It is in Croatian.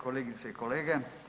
Kolegice i kolege.